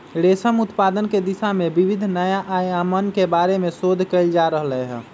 रेशम उत्पादन के दिशा में विविध नया आयामन के बारे में शोध कइल जा रहले है